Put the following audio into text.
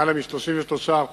למעלה מ-33%,